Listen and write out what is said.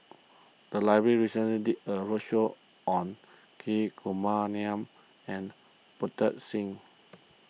the library recently did a roadshow on Hri Kumar Nair and Pritam Singh